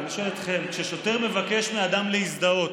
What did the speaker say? אני שואל אתכם: כששוטר מבקש מאדם להזדהות,